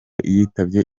yitabye